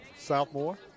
Southmore